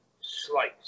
slice